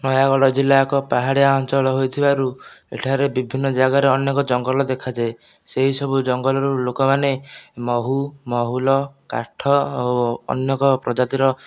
ନୟାଗଡ଼ ଜିଲ୍ଲା ଏକ ପାହାଡ଼ିଆ ଅଞ୍ଚଳ ହୋଇଥିବାରୁ ଏଠାରେ ବିଭିନ୍ନ ଜାଗାରେ ଅନେକ ଜଙ୍ଗଲ ଦେଖାଯାଏ ସେହିସବୁ ଜଙ୍ଗଲରୁ ଲୋକମାନେ ମହୁ ମହୁଲ କାଠ ଓ ଅନେକ ପ୍ରଜାତିର